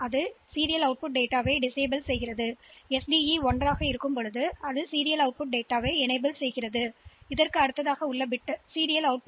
இ serial data 0 ஆக இருந்தால் இந்த வரிசை வெளியீட்டு டேட்டா இது முடக்கப்பட்டுள்ளது அது 1 ஆக இருந்தால் இது 0